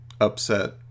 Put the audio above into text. upset